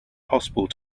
possible